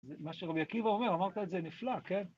מה שרבי עקיבא אומר, אמרת את זה נפלא, כן?